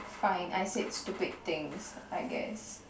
fine I said stupid things I guess